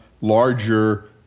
larger